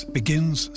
begins